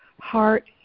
heart